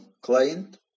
client